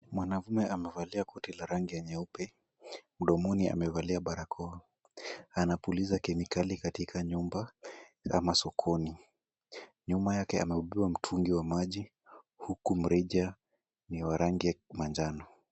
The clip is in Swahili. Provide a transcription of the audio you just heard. Mwanaume amevalia koti la rangi ya nyeupe, mdomoni amevalia barakoa. Anapuliza kemikali katika nyumba ama sokoni. Nyuma yake ameubeba mtungi wa maji huku mrija ni wa rangi ya kimanjano.